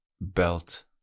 belt